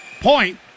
point